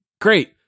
great